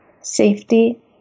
safety